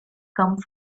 come